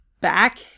Back